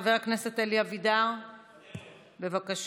חבר הכנסת אלי אבידר, בבקשה.